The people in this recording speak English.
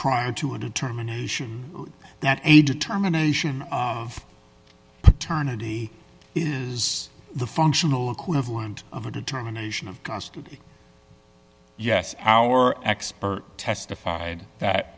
prior to a determination that a determination of paternity is the functional equivalent of a determination of custody yes our expert testified that